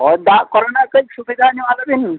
ᱦᱳᱭ ᱫᱟᱜ ᱠᱚᱨᱮᱱᱟᱜ ᱠᱟᱹᱡ ᱥᱩᱵᱤᱫᱷᱟ ᱟᱞᱮ ᱵᱤᱱ